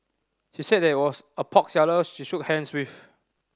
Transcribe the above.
she said that it was a pork seller she shook hands with